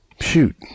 Shoot